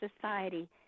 society